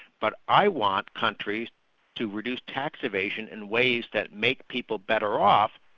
but i want countries to reduce tax evasion in ways that make people better off,